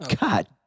God